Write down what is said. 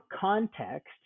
context